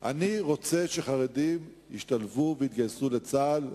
אני רוצה שחרדים ישתלבו ויתגייסו לצה"ל,